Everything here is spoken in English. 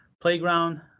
playground